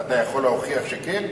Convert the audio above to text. אתה יכול להוכיח שכן?